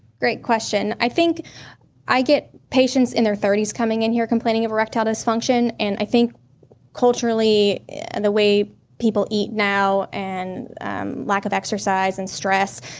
great question. i think i get patients in their thirty s coming in here complaining of erectile dysfunction, and i think culturally and the way people eat now, and lack of exercise, and stress,